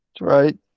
right